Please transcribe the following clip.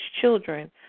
children